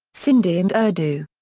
sindhi and urdu.